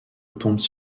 tombent